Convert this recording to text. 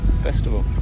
festival